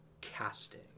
casting